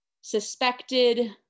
suspected